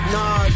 Nah